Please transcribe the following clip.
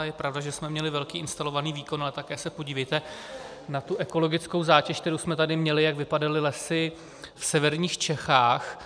Je pravda, že jsme měli velký instalovaný výkon, ale také se podívejte na ekologickou zátěž, kterou jsme tady měli, jak vypadaly lesy v severních Čechách.